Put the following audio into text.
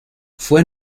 fue